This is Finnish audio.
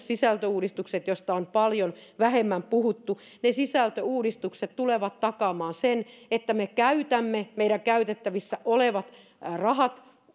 sisältöuudistukset joista on paljon vähemmän puhuttu ne sisältöuudistukset tulevat takaamaan sen että me käytämme meidän käytettävissä olevat rahat